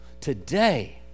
today